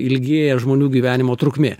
ilgėja žmonių gyvenimo trukmė